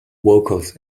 vocals